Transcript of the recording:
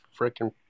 freaking